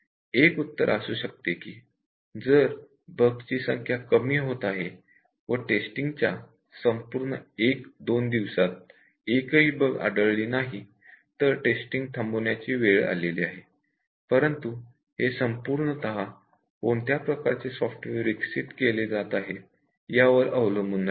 एक उत्तर आहे की जर बग्सची संख्या कमी होत असेल व टेस्टिंगच्या संपूर्ण एक दोन दिवसात एकही बग् आढळली नाही तर आपण टेस्टिंग थांबवू शकतो परंतु हे संपूर्णतः कोणत्या प्रकारचे सॉफ्टवेअर विकसित केले जात आहे यावर अवलंबून राहते